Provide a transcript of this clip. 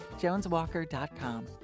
JonesWalker.com